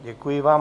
Děkuji vám.